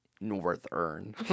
northern